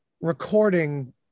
recording